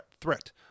threat